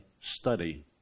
study